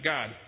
God